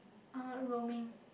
uh roaming